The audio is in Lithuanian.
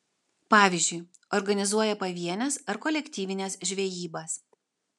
pavyzdžiui organizuoja pavienes ar kolektyvines žvejybas